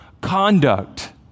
conduct